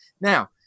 Now